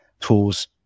tools